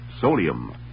sodium